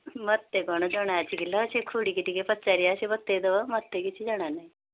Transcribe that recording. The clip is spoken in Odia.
ମୋତେ କ'ଣ ଜଣାଅଛି କିଲୋ ସେ ଖୁଡ଼ିକୁ ଟିକେ ପଚାରିବା ସିଏ ବତାଇଦେବ ମୋତେ କିଛି ଜଣାନାହିଁ